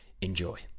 Enjoy